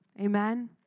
Amen